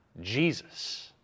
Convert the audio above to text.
Jesus